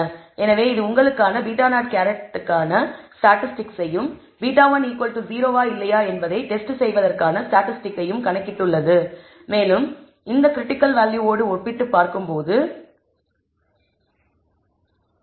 எனவே இது உங்களுக்கான β̂₀ காண ஸ்டாட்டிஸ்டிக்ஸ்கையும் β10 வா இல்லையா என்பதைச் டெஸ்ட் செய்வதற்காண ஸ்டாட்டிஸ்டிக்ஸ்கையும் கணக்கிட்டுள்ளது மேலும் இதை கிரிட்டிக்கல் வேல்யூவோடு ஒப்பிட்டுப் பார்க்கப்படுகிறது